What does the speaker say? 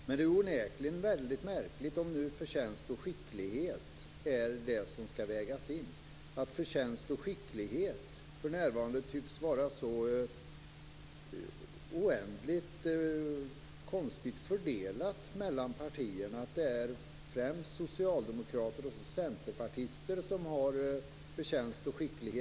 Men det är onekligen väldigt märkligt, om det nu är förtjänst och skicklighet som skall vägas in, att förtjänst och skicklighet för närvarande tycks vara så oändligt konstigt fördelat mellan partierna. Det verkar vara främst socialdemokrater och centerpartister som är förtjänta och skickliga.